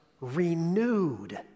renewed